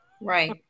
Right